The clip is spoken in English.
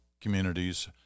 communities